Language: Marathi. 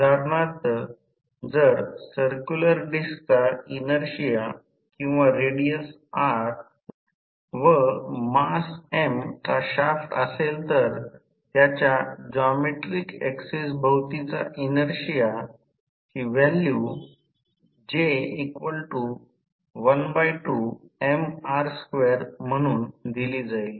उदाहरणार्थ जर सर्क्युलर डिस्क चा इनर्शिया किंवा रेडियस r व मास M चा शाफ्ट असेल तर त्याच्या जॉमेट्रिक ऍक्सिस भवतीचा इनर्शिया ची व्हॅल्यू J12Mr2 म्हणून दिली जाईल